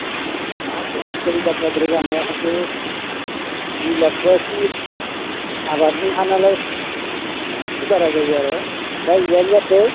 हायाथ' आजिखालि दाम जाद्रायबाय जानाया फारसे दुइ लाख बा इसि आबादनि हा नालाय इसि बारा जायो आरो दा जियानो जाथों